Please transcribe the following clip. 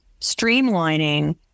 streamlining